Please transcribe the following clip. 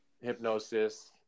hypnosis